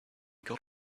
got